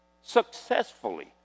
Successfully